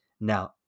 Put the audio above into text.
Now